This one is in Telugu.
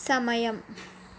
సమయం